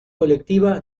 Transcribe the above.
colectiva